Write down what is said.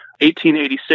1886